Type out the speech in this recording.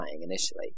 initially